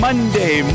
Monday